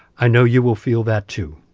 i know you will feel that, too.